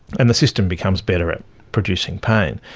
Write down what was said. and the system becomes better at producing pain.